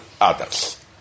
others